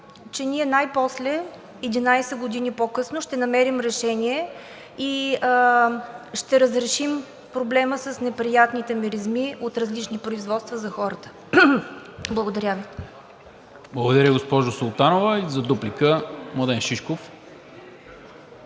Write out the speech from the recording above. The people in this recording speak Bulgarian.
че най-после – 11 години по-късно, ще намерим решение и ще разрешим проблема с неприятните миризми от различни производства за хората. Благодаря Ви. ПРЕДСЕДАТЕЛ НИКОЛА МИНЧЕВ: Благодаря, госпожо Султанова. За дуплика – Младен Шишков.